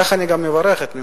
אני מברך על כך את הממשלה,